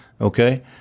Okay